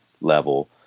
level